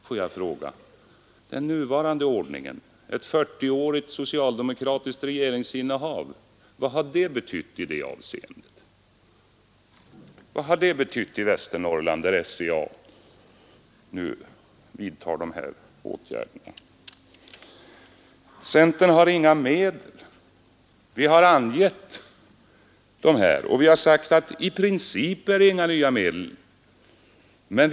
Får jag fråga: Vad har ett 40-årigt socialdemokratiskt regeringsinnehav betytt i det avseendet? Vad har det betytt för Västernorrland, när SCA nu vidtar dessa åtgärder. Man säger att centern inte föreslår några medel för att komma till rätta med problemen.